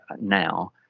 now